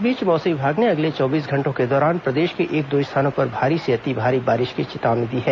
इस बीच मौसम विभाग ने अगले चौबीस घंटों के दौरान प्रदेश के एक दो स्थानों पर भारी से अति भारी बारिश होने की चेतावनी दी है